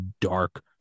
dark